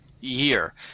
year